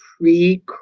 pre